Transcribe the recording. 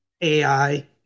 AI